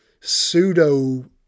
pseudo